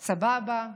"סבבה".